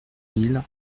mille